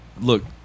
Look